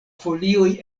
folioj